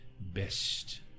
best